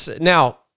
Now